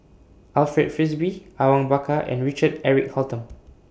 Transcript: Alfred Frisby Awang Bakar and Richard Eric Holttum